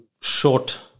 short